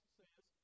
says